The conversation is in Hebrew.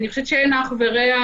אין אח ורע,